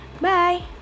Bye